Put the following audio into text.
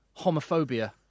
homophobia